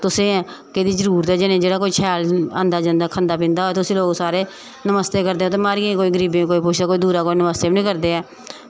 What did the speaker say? तुसें गी केह्दी जरूरत ऐ जां नेईं जेह्ड़ा कोई शैल आंदा जंदा खंदा पींदा होऐ ते उस्सी लोक सारे नमस्ते करदे ते म्हारियें गी गरीबे गी कोई पुच्छे कोई दूरा नमस्ते बी निं करदे ऐ